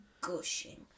gushing